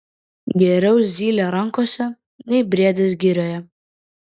geriau zylė rankose nei briedis girioje